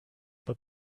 but